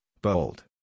bold